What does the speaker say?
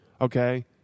Okay